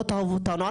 לא תאהבו אותנו,